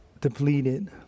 depleted